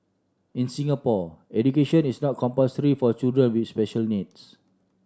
in Singapore education is not compulsory for children with special needs